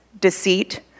deceit